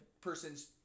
person's